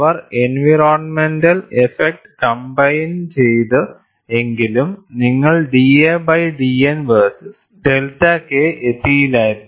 അവർ environmental effect combine ചെയ്തു എങ്കിൽ നിങ്ങൾ da by dN versus delta K എത്തില്ലായിരുന്നു